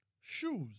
Shoes